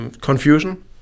confusion